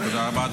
תודה רבה.